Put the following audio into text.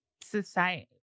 society